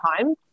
time